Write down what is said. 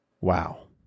Wow